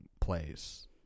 plays